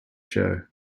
show